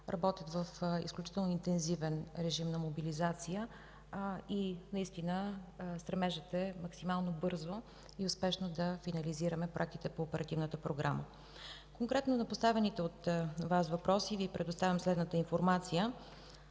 работят в изключително интензивен режим на мобилизация. Стремежът е максимално бързо и успешно да финализираме проектите по Оперативната програма. Конкретно по поставените от Вас въпроси Ви предоставям следната информация.